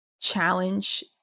challenge